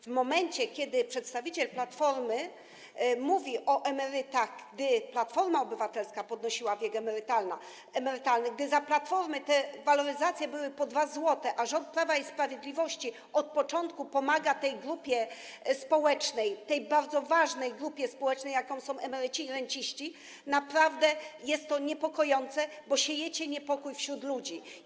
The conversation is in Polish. W momencie kiedy przedstawiciel Platformy mówi o emerytach, w sytuacji gdy Platforma Obywatelska podnosiła wiek emerytalny, gdy za Platformy te waloryzacje były po 2 zł, a rząd Prawa i Sprawiedliwości od początku pomaga tej grupie społecznej, tej bardzo ważnej grupie społecznej, jaką są emeryci i renciści, naprawdę jest to niepokojące, bo siejecie niepokój wśród ludzi.